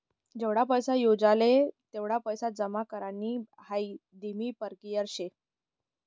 जेवढा पैसा जोयजे तेवढा पैसा जमा करानी हाई धीमी परकिया शे